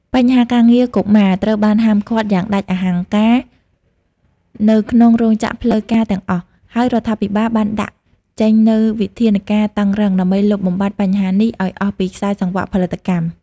បញ្ហាការងារកុមារត្រូវបានហាមឃាត់យ៉ាងដាច់អហង្ការនៅក្នុងរោងចក្រផ្លូវការទាំងអស់ ហើយរដ្ឋាភិបាលបានដាក់ចេញនូវវិធានការតឹងរ៉ឹងដើម្បីលុបបំបាត់បញ្ហានេះឱ្យអស់ពីខ្សែសង្វាក់ផលិតកម្ម។